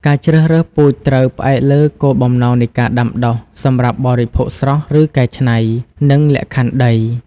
ការជ្រើសរើសពូជត្រូវផ្អែកលើគោលបំណងនៃការដាំដុះ (សម្រាប់បរិភោគស្រស់ ឬកែច្នៃ) និងលក្ខខណ្ឌដី។